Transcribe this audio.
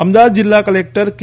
અમદાવાદના જિલ્લા ક્લેક્ટર કે